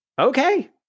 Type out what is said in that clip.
okay